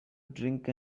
drink